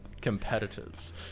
Competitors